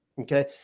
Okay